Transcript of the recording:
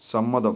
സമ്മതം